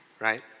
Right